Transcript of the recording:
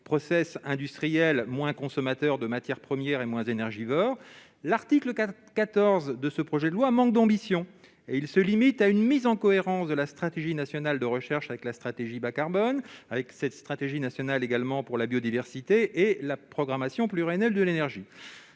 process industriels moins consommateurs de matières premières et moins énergivores. L'article 14 de ce projet de loi manque d'ambition et se limite à une mise en cohérence de la stratégie nationale de recherche avec la stratégie bas-carbone, ainsi qu'avec la stratégie nationale pour la biodiversité et la programmation pluriannuelle de l'énergie.